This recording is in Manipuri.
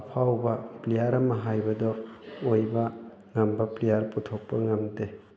ꯑꯐꯥꯎꯕ ꯄ꯭ꯂꯦꯌꯥꯔ ꯑꯃ ꯍꯥꯏꯕꯗꯨ ꯑꯣꯏꯕ ꯉꯝꯕ ꯄ꯭ꯂꯦꯌꯥꯔ ꯄꯨꯊꯣꯛꯄ ꯉꯝꯗꯦ